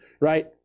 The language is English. right